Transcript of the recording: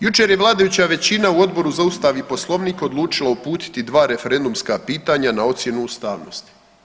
Jučer je vladajuća većina u Odboru za Ustav i Poslovnik odlučila uputiti dva referendumska pitanja na ocjenu ustavnosti.